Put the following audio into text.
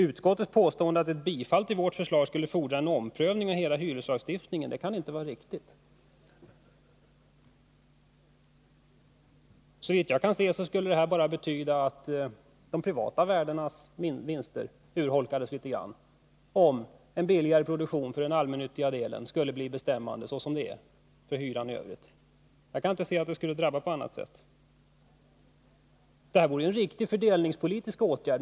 Utskottets påstående, att ett bifall till vårt förslag skulle fordra en omprövning av hela hyreslagstiftningen, kan inte vara riktigt. Det skulle, såvitt jag kan se, bara betyda att de privata värdarnas vinster skulle urholkas litet grand, om en billigare produktion för den allmännyttiga delen av bostadsmarknaden skulle bli bestämmande för hyrorna. Jag kan inte se att det skulle få någon annan följd. Detta vore en riktig fördelningspolitisk åtgärd.